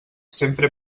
sempre